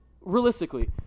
realistically